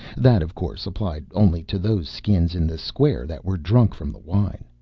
that, of course, applied only to those skins in the square that were drunk from the wine.